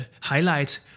highlight